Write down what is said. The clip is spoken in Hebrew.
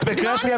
את בקריאה שנייה,